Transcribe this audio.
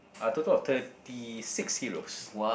uh total of thirty six heroes